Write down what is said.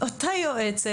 אותה יועצת,